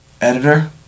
editor